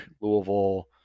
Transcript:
Louisville